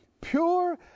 pure